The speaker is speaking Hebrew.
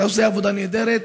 אתה עושה עבודה נהדרת.